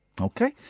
Okay